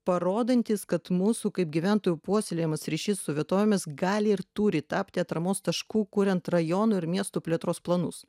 parodantis kad mūsų kaip gyventojų puoselėjamas ryšys su vietovėmis gali ir turi tapti atramos tašku kuriant rajonų ir miestų plėtros planus